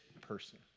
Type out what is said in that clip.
person